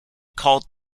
called